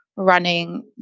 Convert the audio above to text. Running